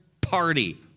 party